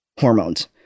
hormones